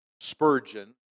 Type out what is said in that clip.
Spurgeon